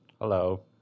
Hello